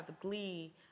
Glee